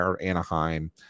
Anaheim